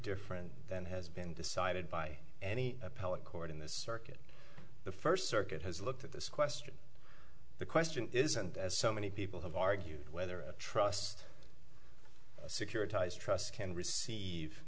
different than has been decided by any appellate court in the circuit the first circuit has looked at this question the question isn't as so many people have argued whether a trust securitized trust can